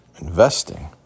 investing